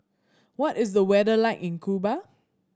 what is the weather like in Cuba